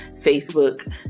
Facebook